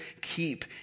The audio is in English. keep